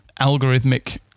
algorithmic